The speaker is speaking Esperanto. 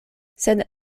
sed